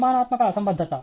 నిర్మాణాత్మక అసంబద్ధత